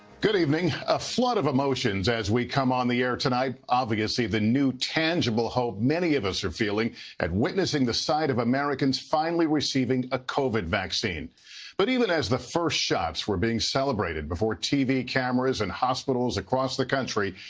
good evening. a flood of emotions as we come on the air tonight. obviously the new tangible hope many of us are feeling at witnessing the sight of americans finally receiving a covid vaccine but even as the first shots were being celebrated before tv cameras and hospitals across the country,